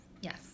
Yes